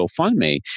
GoFundMe